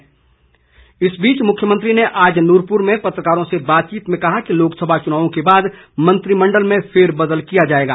मुख्यमंत्री इस बीच मुख्यमंत्री ने आज नूरपुर में पत्रकारों से बातचीत में कहा कि लोकसभा चुनाव के बाद मंत्रिमण्डल में फेरबदल किया जाएगा